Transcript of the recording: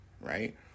right